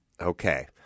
okay